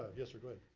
ah yes sir, go ahead.